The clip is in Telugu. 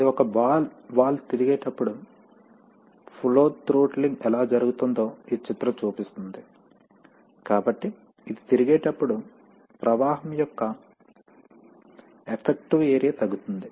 ఇది ఒక బాల్ వాల్వ్ తిరిగేటప్పుడు ఫ్లో థ్రోట్లింగ్ ఎలా జరుగుతుందో ఈ చిత్రం చూపిస్తుంది కాబట్టి ఇది తిరిగేటప్పుడు ప్రవాహం యొక్క ఎఫెక్టివ్ ఏరియా తగ్గుతుంది